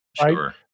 Sure